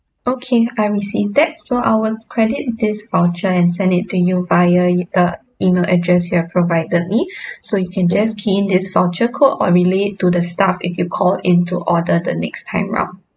okay I received that so I will credit this voucher and send it to you via the email address you have provide me so you can just key in this voucher code or relay it to the staff if you call in to order the next time round